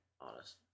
honest